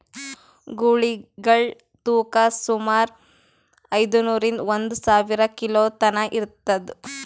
ಗೂಳಿಗಳ್ ತೂಕಾ ಸುಮಾರ್ ಐದ್ನೂರಿಂದಾ ಒಂದ್ ಸಾವಿರ ಕಿಲೋ ತನಾ ಇರ್ತದ್